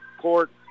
court